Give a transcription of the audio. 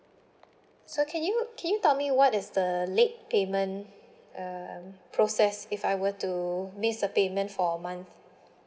so can you can you tell me what is the late payment uh process if I were to miss the payment for a month